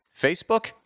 Facebook